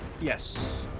Yes